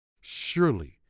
surely